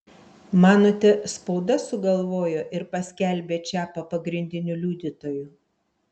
manote spauda sugalvojo ir paskelbė čiapą pagrindiniu liudytoju